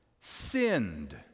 sinned